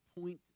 point